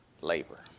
labor